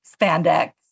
spandex